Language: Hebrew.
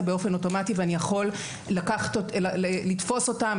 באופן אוטומטי ואני יכול לתפוס אותם,